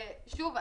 שוב,